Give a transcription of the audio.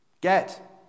Get